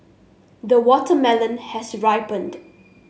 the watermelon has ripened